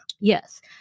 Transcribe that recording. yes